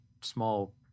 small